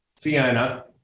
Fiona